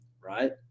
right